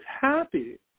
happy